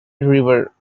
river